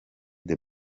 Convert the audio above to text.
the